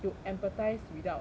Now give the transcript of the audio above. you empathize without